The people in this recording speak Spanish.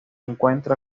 encuentra